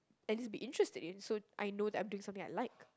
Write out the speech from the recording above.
at least be interested in so I know that I'm doing something that I like